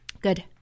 Good